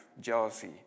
jealousy